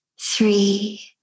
three